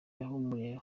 yahumurije